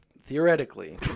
theoretically